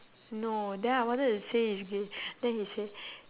no then I wanted to say he's gay then he said